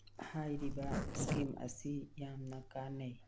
ꯍꯥꯏꯔꯤꯕ ꯁ꯭ꯀꯤꯝ ꯑꯁꯤ ꯌꯥꯝꯅ ꯀꯥꯟꯅꯩ